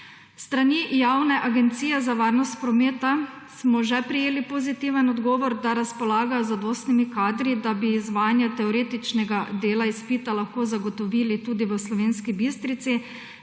strani Javne agencije za varnost prometa smo že prejeli pozitiven odgovor, da razpolagajo z zadosti kadra, da bi izvajanje teoretičnega dela izpita lahko zagotovili tudi v Slovenski Bistrici,